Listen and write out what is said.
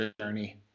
journey